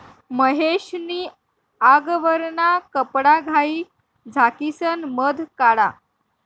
महेश नी आगवरना कपडाघाई झाकिसन मध काढा